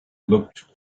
looked